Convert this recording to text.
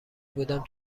بودم